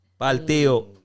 Partió